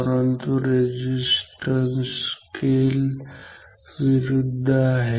परंतु resistance scale विरुद्ध आहे